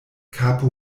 kapo